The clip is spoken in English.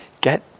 get